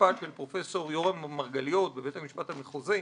של פרופ' יורם מרגליות בבית המשפט המחוזי,